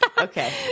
Okay